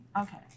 Okay